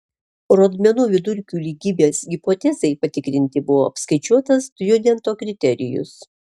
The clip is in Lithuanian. rodmenų vidurkių lygybės hipotezei patikrinti buvo apskaičiuotas stjudento kriterijus